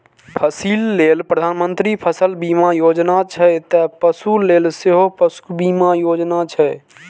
फसिल लेल प्रधानमंत्री फसल बीमा योजना छै, ते पशु लेल सेहो पशु बीमा योजना छै